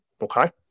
Okay